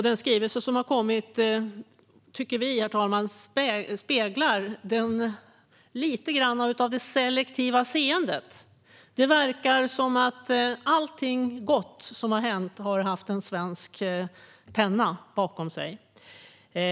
Den skrivelse som har kommit tycker vi, herr talman, speglar lite grann av det selektiva seendet. Det verkar som att allt gott som har hänt har haft en svensk penna bakom sig.